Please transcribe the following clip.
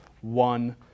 one